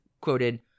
quoted